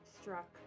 struck